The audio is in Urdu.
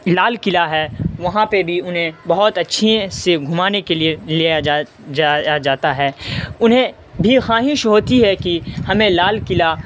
لال قلعہ ہے وہاں پہ بھی انہیں بہت اچّھے سے گھمانے کے لیے لیا جا جایا جاتا ہے انہیں بھی خواہش ہوتی ہے کہ ہمیں لال قلعہ